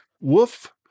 woof